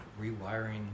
rewiring